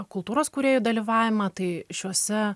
kultūros kūrėjų dalyvavimą tai šiuose